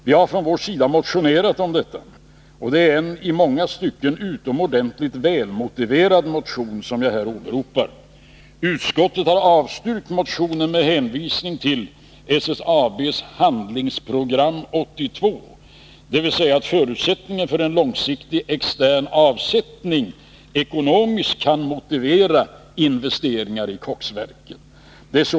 Vi har från vår sida motionerat om detta, och det är en i många stycken utomordentligt välmotiverad motion som jag här åberopar. Utskottet har avstyrkt motionen med hänvisning till SSAB:s ”Handlingsprogram 82”, dvs. till att förutsättningen för en långsiktig, extern avsättning ekonomiskt kan motivera investeringarna i koksverket.